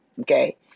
Okay